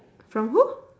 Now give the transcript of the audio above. from who